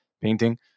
painting